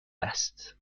است